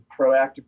proactive